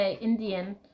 Indian